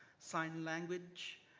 sign language,